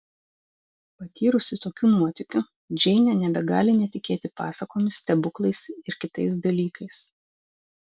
patyrusi tokių nuotykių džeinė nebegali netikėti pasakomis stebuklais ir kitais dalykais